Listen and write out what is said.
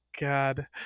god